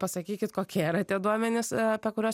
pasakykit kokie yra tie duomenys apie kuriuos